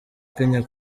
kenya